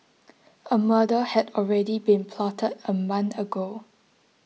a murder had already been plotted a month ago